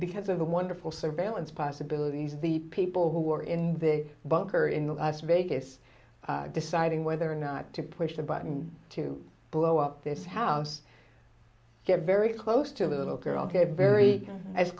because of the wonderful surveillance possibilities of the people who are in the bunker in las vegas deciding whether or not to push the button to blow up this house get very close to a little girl